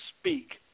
speak